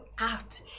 out